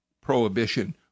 prohibition